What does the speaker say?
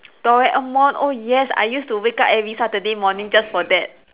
Doraemon oh yes I used to wake up every Saturday morning just for that